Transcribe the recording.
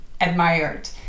admired